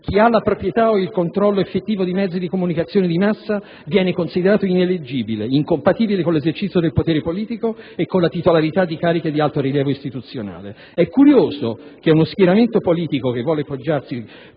chi ha la proprietà o il controllo effettivo di mezzi di comunicazione di massa viene considerato ineleggibile, incompatibile con l'esercizio del potere politico e con la titolarità di cariche di alto rilievo istituzionale. È curioso che uno schieramento politico che vuole poggiarsi